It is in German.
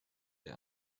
der